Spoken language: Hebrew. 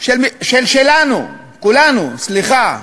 של שלנו, כולנו, סליחה,